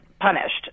punished